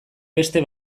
beste